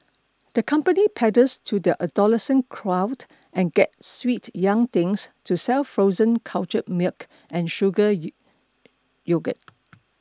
the company panders to the adolescent crowd and gets sweet young things to sell frozen cultured milk and sugar yogurt